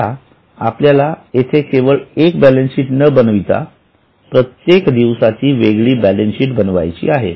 आता आपल्याला येथे केवळ एक बॅलन्स शीट न बनवता प्रत्येक दिवसाची वेगळी बॅलन्स शीट बनवायची आहे